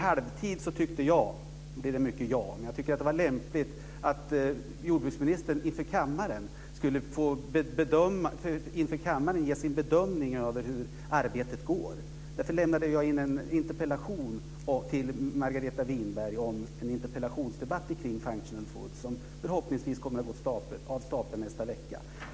Jag tyckte att det i halvtid var lämpligt att jordbruksministern inför kammaren skulle få ge sin bedömning av hur arbetet går. Därför lämnade jag in en interpellation till Margareta Winberg om en debatt kring functional food som förhoppningsvis kommer att gå av stapeln nästa vecka.